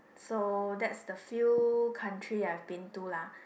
so that's the few country I've been to lah